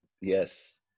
Yes